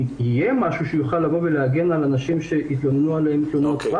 יהיה משהו שיוכל להגן על אנשים שהתלוננו עליהם תלונות שווא?